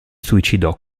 suicidò